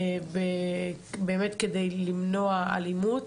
באמת כדי למנוע אלימות.